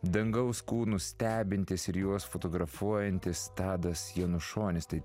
dangaus kūnų stebintis ir juos fotografuojantis tadas janušonis tai